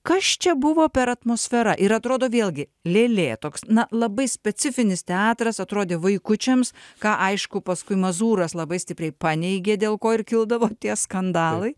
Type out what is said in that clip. kas čia buvo per atmosfera ir atrodo vėlgi lėlė toks na labai specifinis teatras atrodė vaikučiams ką aišku paskui mazūras labai stipriai paneigė dėl ko ir kildavo tie skandalai